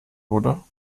oder